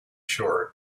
shore